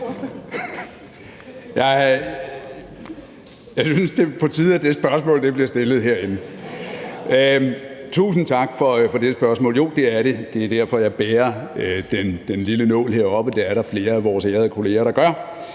tusind tak for det. Jo, det er det. Det er derfor, jeg bærer den lille nål heroppe, og det er der flere af vores ærede kolleger der gør.